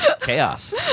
chaos